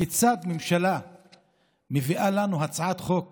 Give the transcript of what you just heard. כיצד ממשלה מביאה לנו הצעת חוק